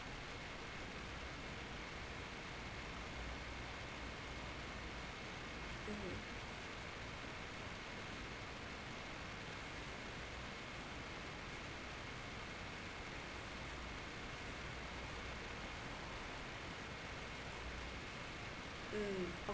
mm mm